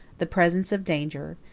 the presence of danger,